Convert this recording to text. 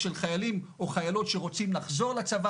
חיילים או חיילות שרוצים לחזור לצבא